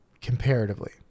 comparatively